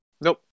Nope